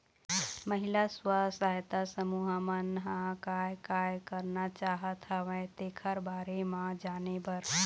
महिला स्व सहायता समूह मन ह काय काय करना चाहत हवय तेखर बारे म जाने बर